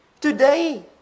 today